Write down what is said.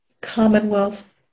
commonwealth